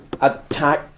attack